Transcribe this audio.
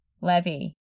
Levy